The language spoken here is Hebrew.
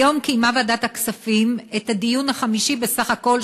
היום קיימה ועדת הכספים את הדיון החמישי בסך הכול,